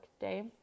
day